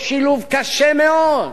ואני בא ופונה לחברי חברי הכנסת: